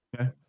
Okay